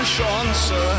Chance